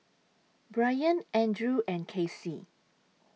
Brian Andrew and Kacey